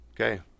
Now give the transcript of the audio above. okay